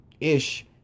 ish